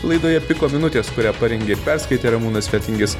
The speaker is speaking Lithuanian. laidoje piko minutės kurią parengė ir perskaitė ramūnas fetingis